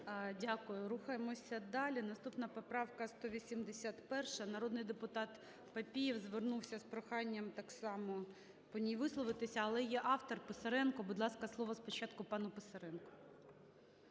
Дякую. Рухаємося далі. Наступна поправка - 181-а. Народний депутат Папієв звернувся з проханням так само по ній висловитися. Але є автор Писаренко. Будь ласка, слово спочатку пану Писаренку.